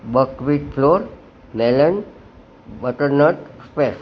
buckwheat flour નેલન્ડ butter nut pack